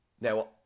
Now